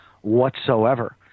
whatsoever